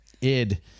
id